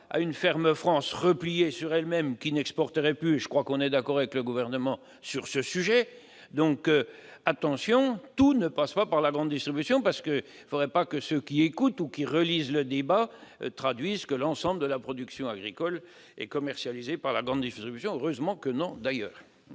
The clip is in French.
à une ferme France repliée sur elle-même qui n'exporterait plus ! Nous sommes, me semble-t-il, d'accord avec le Gouvernement sur ce sujet. Attention, je le répète, tout ne passe pas par la grande distribution ! Il ne faudrait pas que ceux qui nous écoutent ou lisent nos débats en déduisent que l'ensemble de la production agricole est commercialisé par la grande distribution. Heureusement que non, d'ailleurs